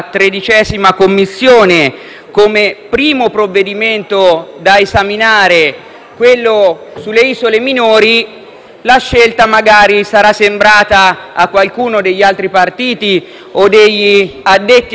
come primo provvedimento da esaminare per la 13a Commissione, quello sulle isole minori, la scelta magari sarà sembrata a qualcuno degli altri partiti o degli addetti ai lavori piuttosto singolare,